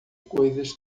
coisas